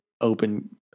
open